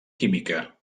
química